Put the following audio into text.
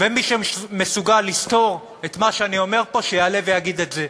ומי שמסוגל לסתור את מה שאני אומר פה שיעלה ויגיד את זה,